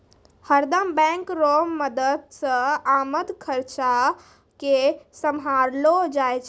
हरदम बैंक रो मदद से आमद खर्चा के सम्हारलो जाय छै